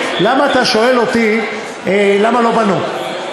למה אתה שואל אותי למה לא בנו?